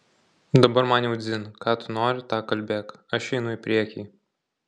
dabar man jau dzin ką tu nori tą kalbėk aš einu į priekį